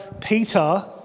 Peter